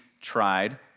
tried